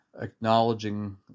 acknowledging